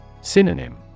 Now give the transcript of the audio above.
Synonym